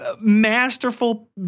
masterful